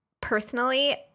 personally